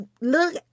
look